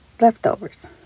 leftovers